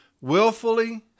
willfully